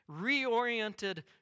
reoriented